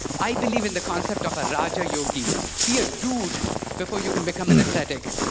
i believe in the concept of a raja yogi be a dude before you can become an ascetic.